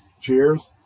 Cheers